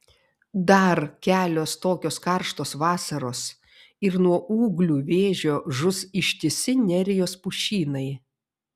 dar kelios tokios karštos vasaros ir nuo ūglių vėžio žus ištisi nerijos pušynai